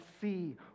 see